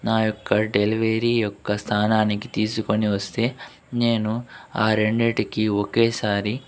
నా యొక్క డెలివరీ యొక్క స్థానానికి తీసుకొని వస్తే నేను ఆ రెండిటికి ఒకేసారి